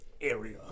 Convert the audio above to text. area